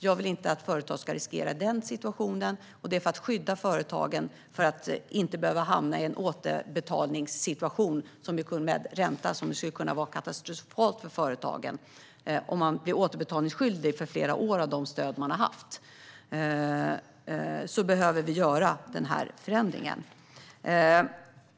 Jag vill inte att företag ska riskera den situationen. Det är för att skydda företagen från att behöva hamna i en situation där de blir återbetalningsskyldiga med ränta, vilket skulle kunna vara katastrofalt för företagen, för flera år av stöd som de har fått. Därför behöver vi göra denna förändring.